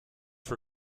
for